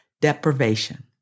deprivation